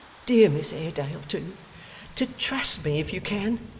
dear miss haredale, too to trust me if you can,